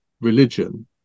religion